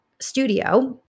studio